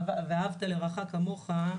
"ואהבת לרעך כמוך",